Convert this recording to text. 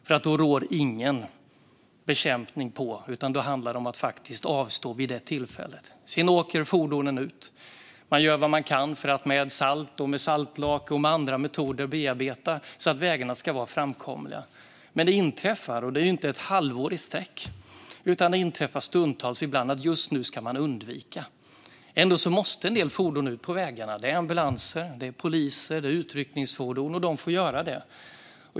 Det finns det ingen bekämpning som rår på, utan vid sådana tillfällen får man faktiskt avstå från att åka. Sedan åker väghållningsfordonen ut och gör vad de kan med salt, saltlake och andra metoder för att bearbeta vägarna, så att de ska vara framkomliga. Men det inträffar stundtals - det handlar alltså inte om ett halvår i sträck - att man måste undvika att ge sig ut på vägarna. Ändå måste en del fordon ut på vägarna. Det handlar om ambulanser, polisbilar och andra utryckningsfordon. De får göra det.